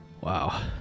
Wow